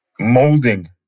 molding